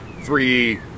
three